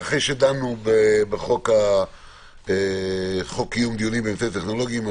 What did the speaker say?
אחרי שדנו בחוק קיום דיונים באמצעים טכנולוגיים,